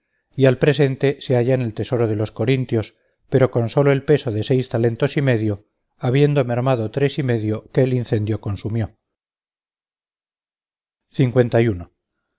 y al presente se halla en el tesoro de los corintios pero con solo el peso de seis talentos y medio habiendo mermado tres y medio que el incendio consumió